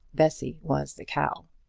bessy was the cow.